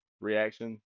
reaction